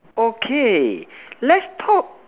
okay let's talk